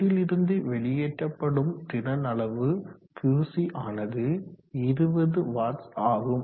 கூறிலிருந்து வெளியேற்றப்படும் திறன் அளவு QC ஆனது 20 W ஆகும்